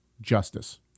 justice